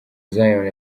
zion